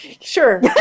sure